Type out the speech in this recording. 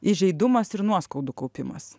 įžeidumas ir nuoskaudų kaupimas